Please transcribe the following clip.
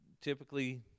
typically